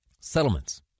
Settlements